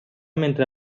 mentre